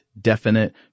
definite